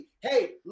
Hey